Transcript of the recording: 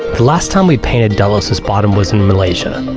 the last time we painted delos' bottom was in malaysia,